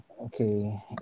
Okay